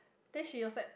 then she was like